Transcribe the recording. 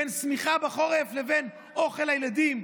בין שמיכה בחורף לבין אוכל לילדים,